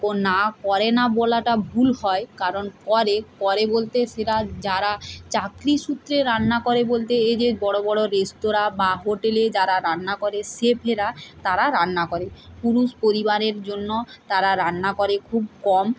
করে না বলাটা ভুল হয় কারণ করে করে বলতে সেটা যারা চাকরি সূত্রে রান্না করে বলতে এই যে বড় বড় রেস্তোরাঁ বা হোটেলে যারা রান্না করে শেফেরা তারা রান্না করে পুরুষ পরিবারের জন্য তারা রান্না করে খুব কম